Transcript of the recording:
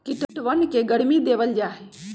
कीटवन के गर्मी देवल जाहई